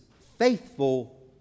faithful